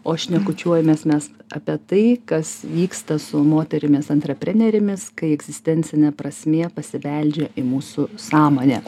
o šnekučiuojamės mes apie tai kas vyksta su moterimis antreprenerėmis kai egzistencinė prasmė pasibeldžia į mūsų sąmonę